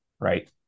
Right